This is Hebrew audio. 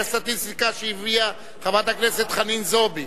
לפי הסטטיסטיקה שהביאה חברת הכנסת חנין זועבי.